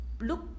look